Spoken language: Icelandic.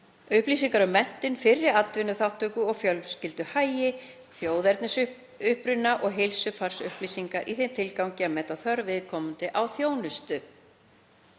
upplýsingar um menntun, fyrri atvinnuþátttöku og fjölskylduhagi, þjóðernisuppruni og heilsufarsupplýsingar, í þeim tilgangi að meta þörf viðkomandi á þjónustu.